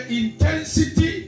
intensity